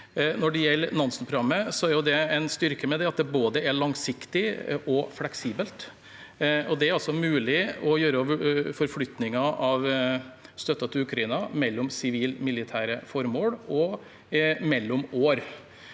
Når det gjelder Nansen-programmet, er det en styrke ved det at det både er langsiktig og fleksibelt, og det er mulig å gjøre forflytninger av støtten til Ukraina mellom sivile og militære formål og mellom år.